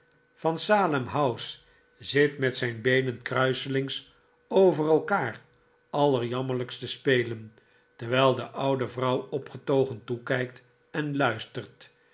van salem house zit met zijn beenen kruiselings over elkaar allerjammerlijkst te spelen terwijl de oude vrouw opgetogen toekijkt en luistert